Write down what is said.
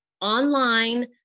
online